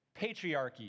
patriarchy